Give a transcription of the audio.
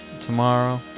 tomorrow